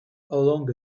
along